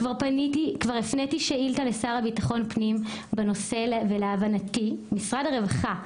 כבר הפניתי שאילתה לשר הביטחון פנים בנושא ולהבנתי משרד הרווחה,